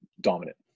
dominant